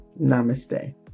Namaste